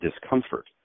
discomfort